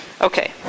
Okay